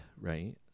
right